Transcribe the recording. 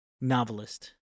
novelist